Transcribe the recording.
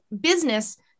business